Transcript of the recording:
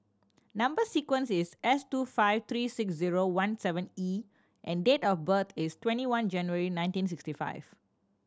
number sequence is S two five three six zero one seven E and date of birth is twenty one January nineteen sixty five